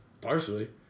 partially